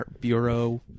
bureau